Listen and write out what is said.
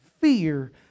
Fear